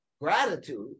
gratitude